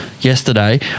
yesterday